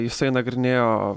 jisai nagrinėjo